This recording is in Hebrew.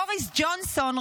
בוריס ג'ונסון,